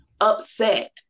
upset